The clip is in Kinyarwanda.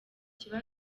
kiba